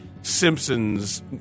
Simpsons